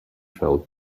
felt